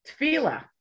Tefillah